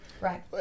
Right